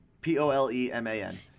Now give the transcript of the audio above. P-O-L-E-M-A-N